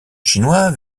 chinois